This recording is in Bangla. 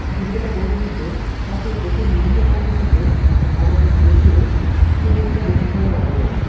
সুবিধাটা করে দিয়েছে তাতে দেশের বিভিন্ন প্রান্তে থেকে আমাদের যেতে খুব একটা বেশি সময় লাগে না